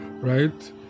right